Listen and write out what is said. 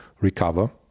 recover